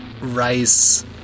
Rice